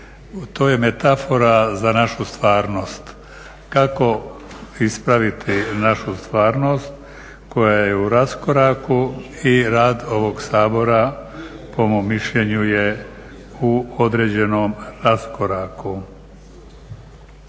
To je metafora za našu stvarnost. Kako ispraviti našu stvarnost koja je u raskoraku i rad ovog Sabora po mom mišljenju je u određenom raskoraku.